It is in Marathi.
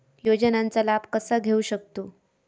योजनांचा लाभ कसा घेऊ शकतू?